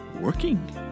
working